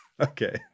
okay